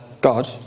God